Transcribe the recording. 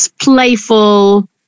playful